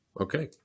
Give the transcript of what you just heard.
Okay